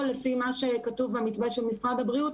לפי מה שכתוב במתווה של משרד הבריאות,